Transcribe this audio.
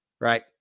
right